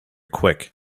quick